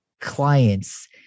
Clients